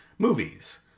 Movies